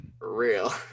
real